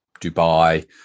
Dubai